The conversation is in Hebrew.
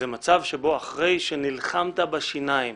זה מצב שבו אחרי שנלחמת בשיניים